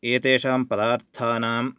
एतेषां पदार्थानां